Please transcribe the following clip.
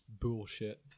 bullshit